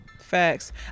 facts